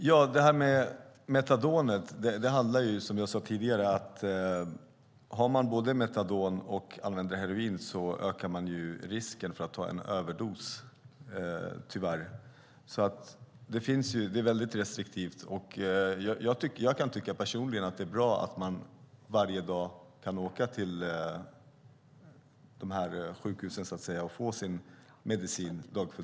Herr talman! När det gäller metadonet handlar det, som jag sade tidigare, om att man, ifall man använder både metadon och heroin, ökar risken för överdos. Det är därför mycket restriktivt. Jag kan personligen tycka att det är bra att man varje dag kan åka till sjukhuset och få sin medicin.